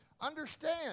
Understand